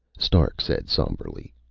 stark said somberly,